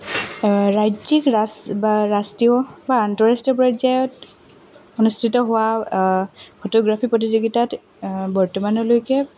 ৰাজ্যিক ৰাজ বা ৰাষ্ট্ৰীয় বা আন্তঃৰাষ্ট্ৰীয় পৰ্যায়ত অনুষ্ঠিত হোৱা ফটোগ্ৰাফী প্ৰতিযোগিতাত বৰ্তমানলৈকে